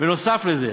נוסף לזה,